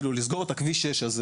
לסגור את כביש 6,